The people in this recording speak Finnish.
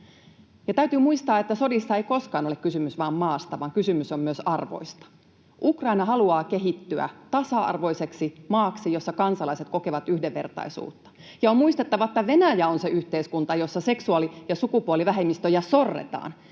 täytyy muistaa, että sodissa ei koskaan ole kysymys vain maasta, vaan kysymys on myös arvoista. Ukraina haluaa kehittyä tasa-arvoiseksi maaksi, jossa kansalaiset kokevat yhdenvertaisuutta. Ja on muistettava, että Venäjä on se yhteiskunta, jossa seksuaali- ja sukupuolivähemmistöjä sorretaan.